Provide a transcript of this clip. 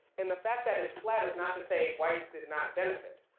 and the fact that it's flat is not to say whites did not benefit.